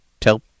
tell